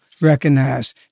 recognize